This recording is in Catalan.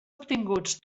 obtinguts